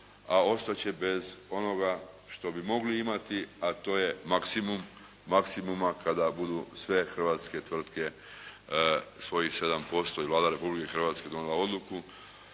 a ostat će bez onoga što bi mogli imati a to je maksimum maksimuma kada budu sve hrvatske tvrtke svojih 7% i Vlada Republike Hrvatske budu